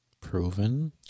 Proven